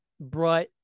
brought